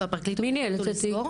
והפרקליטות --- מי ניהל את התיק,